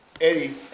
Eddie